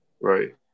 Right